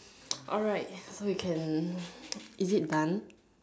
alright so we can is it done